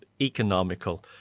economical